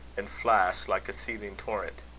and flash like a seething torrent.